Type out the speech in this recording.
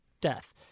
death